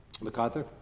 MacArthur